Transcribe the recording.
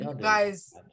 guys